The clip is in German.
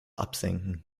absenken